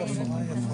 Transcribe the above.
איילת.